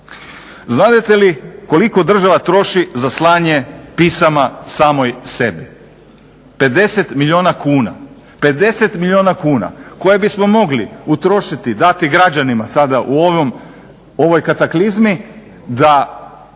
Znadete li koliko država troši za slanje pisama samoj sebi? 50 milijuna kuna. 50 milijuna kuna koje bismo mogli utrošiti, dati građanima sada u ovom, ovoj kataklizmi da